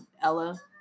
Ella